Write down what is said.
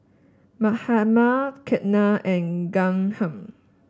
Mahatma Ketna and Ghanshyam